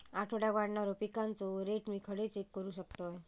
आठवड्याक वाढणारो पिकांचो रेट मी खडे चेक करू शकतय?